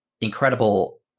incredible